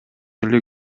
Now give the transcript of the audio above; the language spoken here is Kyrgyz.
эле